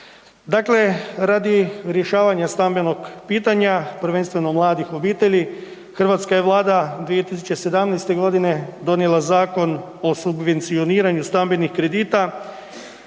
radi rješavanja stambenog pitanja, prvenstveno mladih obitelji, hrvatska je Vlada 2017. godine donijela Zakon o subvencioniranju stambenih kredita,